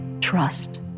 trust